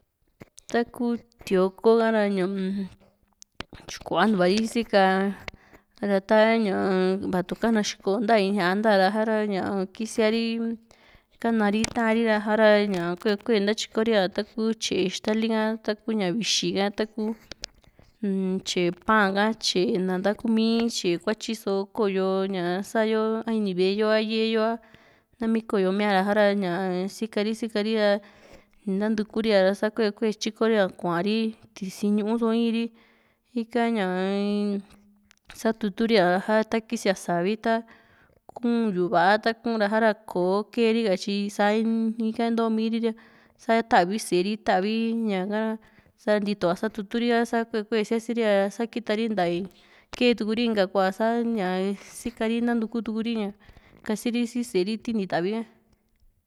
taku tio´ko ha´ra ñaa-m kuantua ri sika sa´ra ta ñaa vatu kana xiko nta in ña´a nta sa´ra ña kisiari kana ri ta´an ri ra ña kue kue ntatyikori ña taku tyee ixtali ka taku ña vivi ha taku un tye´e pan´ka tye´e nta ntakummi tye kuatyi so ko´yo ña sa´yo a ini ve´e yo a ye´e yo a nami koyomia ra ña sikari sikari nantukuri´a ra sa kue kue tyikori´a kuari tisi´n ñuu so i´ri ika ña satuturi´a ra sa takisia savi ta kun yuva a ta kuura kò´o keri ka tyi sa iika ntoomiri´a sa tavi sée ri tavi ñaka sa´ra nitua satuturi sa kue kue sia´si ri ra sa kitari nta kee tu´ri inka kua sa sika ri nantuku tu´ri ña kasiri si sée ri tini tavi´ha.